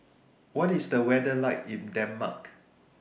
What IS The weather like in Denmark